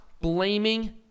blaming